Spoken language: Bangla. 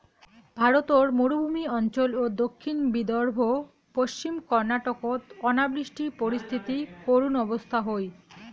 ভারতর মরুভূমি অঞ্চল ও দক্ষিণ বিদর্ভ, পশ্চিম কর্ণাটকত অনাবৃষ্টি পরিস্থিতি করুণ অবস্থা হই